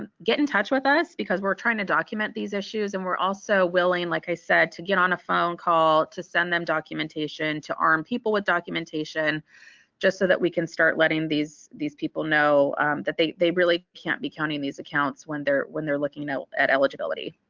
ah get in touch with us because we're trying to document these issues and we're also willing like i said to get on a phone call to send them documentation and to arm people with documentation just so that we can start letting these these people know that they they really can't be counting these accounts when they're when they're looking at eligibility.